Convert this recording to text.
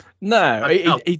No